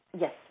Yes